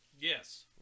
Yes